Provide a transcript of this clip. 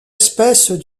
espèce